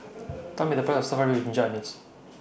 Tell Me The Price of Stir Fried Beef with Ginger Onions